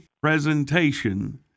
presentation